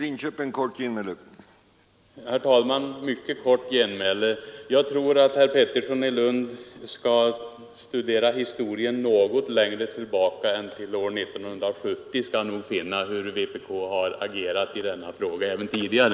Jag tror att om herr Pettersson i Lund studerar historien något längre tillbaka än till år 1970, skall han finna att vpk har agerat i denna fråga även tidigare.